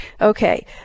Okay